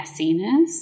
messiness